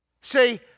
See